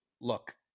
look